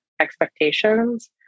expectations